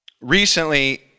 Recently